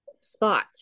spot